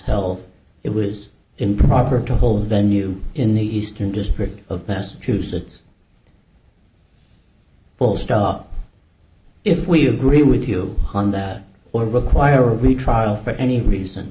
held it was improper to hold venue in the eastern district of massachusetts full stop if we agree with you on that or require a retrial for any reason